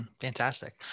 Fantastic